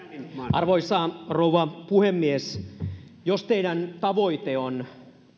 arvoisa rouva puhemies jos teidän tavoitteenne on